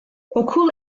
okul